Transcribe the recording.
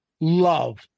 love